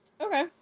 Okay